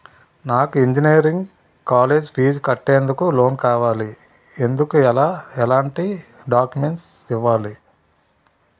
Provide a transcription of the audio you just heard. నాకు engineering college fee కట్టేందుకు loan కావాలి, ఎందుకు ఎలాంటి డాక్యుమెంట్స్ ఇవ్వాలి?